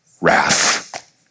wrath